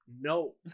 no